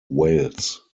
wales